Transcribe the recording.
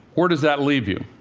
where does that leave you?